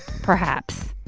perhaps.